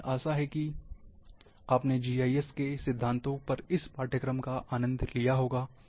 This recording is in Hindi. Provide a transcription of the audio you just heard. तो मुझे आशा है कि आपने जीआईएस के सिद्धांतों पर इस पाठ्यक्रम का आनंद लिया होगा